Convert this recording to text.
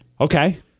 Okay